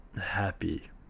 happy